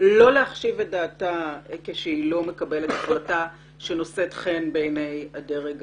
לא להחשיב את דעתה כשהיא לא מקבלת החלטה שנושאת חן בעיני הדרג הפוליטי?